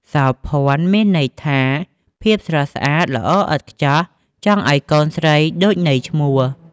សោភ័ណ្ឌ មានន័យថាភាពស្រស់ស្អាត ល្អឥតខ្ចោះ ចង់ឲ្យកូនស្រីដូចន័យឈ្មោះ។